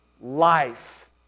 life